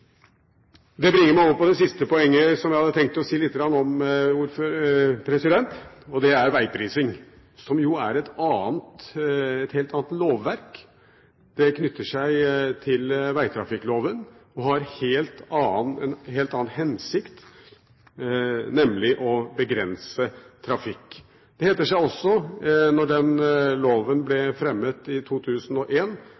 Det bringer meg over på det siste poenget som jeg hadde tenkt å si litt om, og det er vegprising, som jo er et helt annet lovverk. Det knytter seg til vegtrafikkloven og har en helt annen hensikt, nemlig å begrense trafikk. Det het seg også, da loven